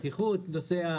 בטיחות הנוסע,